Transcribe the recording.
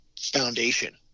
foundation